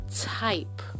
type